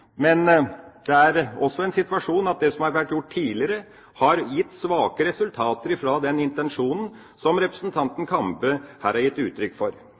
Men det er også en situasjon at det som har vært gjort tidligere, har gitt svake resultater fra den intensjonen som representanten Kambe her ga uttrykk for.